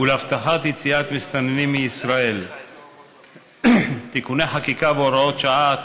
ולהבטחת יציאת מסתננים מישראל (תיקוני חקיקה והוראות שעה),